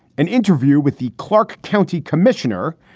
an interview with the clark county commissioner,